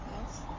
Yes